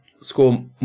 score